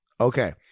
Okay